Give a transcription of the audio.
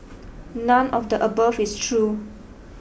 none of the above is true